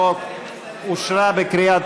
ההצעה להעביר את הצעת חוק לתיקון פקודת בריאות